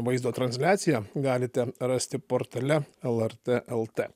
vaizdo transliaciją galite rasti portale lrt lt